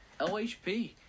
LHP